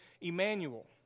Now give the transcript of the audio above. Emmanuel